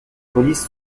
polices